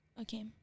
okay